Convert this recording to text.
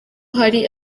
hari